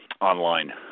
online